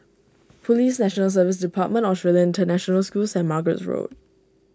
Police National Service Department Australian International School and St Margaret's Road